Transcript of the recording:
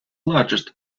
largest